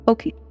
Okay